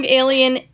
alien